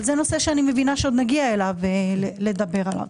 אבל זה נושא שאני מבינה שעוד נגיע לדבר עליו.